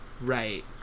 Right